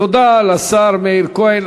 תודה לשר מאיר כהן.